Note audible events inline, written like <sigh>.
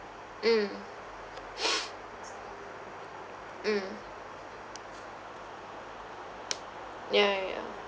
mm <noise> mm ya ya ya